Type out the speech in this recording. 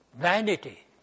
vanity